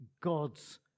God's